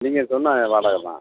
நீங்கள் சொன்ன வாடகை தான்